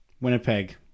Winnipeg